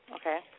Okay